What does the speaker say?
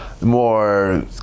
More